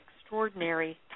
Extraordinary